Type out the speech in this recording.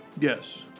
Yes